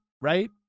right